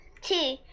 Two